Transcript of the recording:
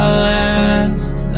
last